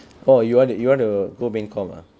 orh you want to you want to go main comm ah